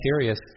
serious